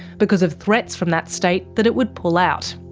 because of threats from that state that it would pull out.